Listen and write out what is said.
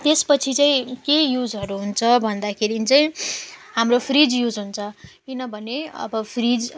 त्यस पछि चाहिँ के युजहरू हुन्छ भन्दाखेरि चाहिँ हाम्रो फ्रिज युज हुन्छ किनभने अब फ्रिज